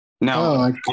No